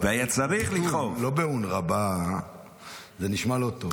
--- לא באונר"א, זה נשמע לא טוב.